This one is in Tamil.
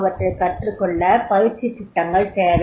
அவற்றைக் கற்றுக்கொள்ள பயிற்சித் திட்டங்கள் தேவை